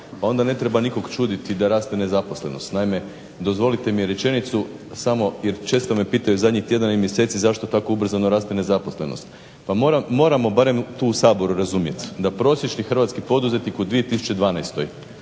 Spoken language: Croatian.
Pa onda ne treba nikog čuditi da raste nezaposlenost. Naime, dozvolite mi rečenicu samo jer često me pitaju zadnjih tjedana i mjeseci zašto tako ubrzano raste nezaposlenost? Pa moramo barem tu u Saboru razumjeti da prosječni hrvatski poduzetnik u 2012.,